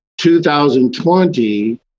2020